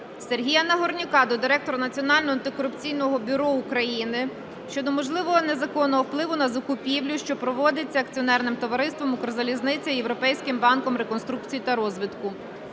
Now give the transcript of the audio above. Сергія Нагорняка до директора Національного антикорупційного бюро України щодо можливого незаконного впливу на закупівлю, що проводиться Акціонерним товариством "Укрзалізниця" і Європейським банком реконструкції та розвитку.